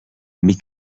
mais